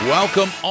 Welcome